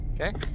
Okay